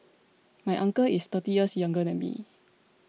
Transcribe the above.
my uncle is thirty years younger than me